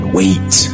wait